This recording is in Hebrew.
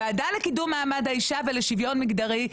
ועדה לקידום מעמד האישה ולשוויון מגדרי,